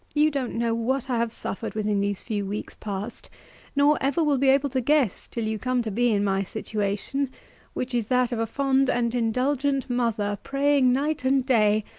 you don't know what i have suffered within these few weeks past nor ever will be able to guess, till you come to be in my situation which is that of a fond and indulgent mother, praying night and day,